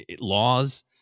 laws